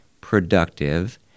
productive